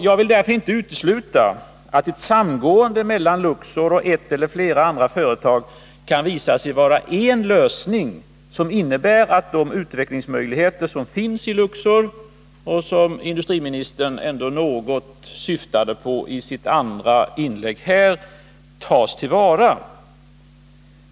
Jag vill därför inte utesluta att ett samgående mellan Luxor och ett eller flera andra företag kan visa sig vara en lösning, som innebär att de utvecklingsmöjligheter som finns i Luxor och som industriministern ändå nämnde någonting om i sitt andra inlägg tas till vara.